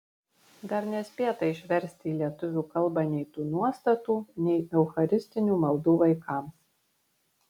dar nespėta išversti į lietuvių kalbą nei tų nuostatų nei eucharistinių maldų vaikams